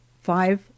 five